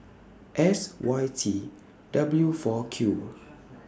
S Y T W four Q